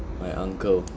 my uncle